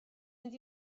mynd